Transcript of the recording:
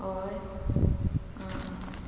ओय आं आं